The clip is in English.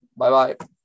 Bye-bye